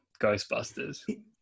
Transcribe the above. Ghostbusters